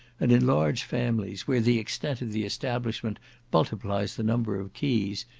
and in large families, where the extent of the establishment multiplies the number of keys,